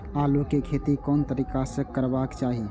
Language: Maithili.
आलु के खेती कोन तरीका से करबाक चाही?